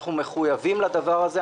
ואנחנו מחויבים לדבר הזה,